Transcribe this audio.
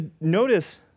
Notice